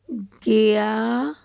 ਗਿਆ